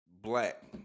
black